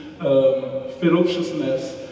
ferociousness